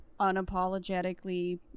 unapologetically